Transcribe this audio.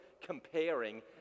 comparing